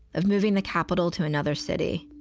of moving the capital to another city.